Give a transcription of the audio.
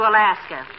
Alaska